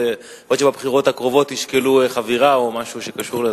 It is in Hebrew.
יכול להיות שבבחירות הקרובות ישקלו חבירה או משהו שקשור לזה.